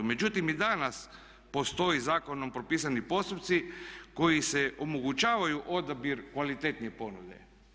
Međutim i danas postoje zakonom propisani postupci koji omogućavaju odabir kvalitetnije ponude.